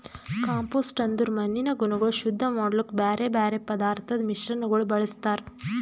compost ಅಂದುರ್ ಮಣ್ಣಿನ ಗುಣಗೊಳ್ ಶುದ್ಧ ಮಾಡ್ಲುಕ್ ಬ್ಯಾರೆ ಬ್ಯಾರೆ ಪದಾರ್ಥದ್ ಮಿಶ್ರಣಗೊಳ್ ಬಳ್ಸತಾರ್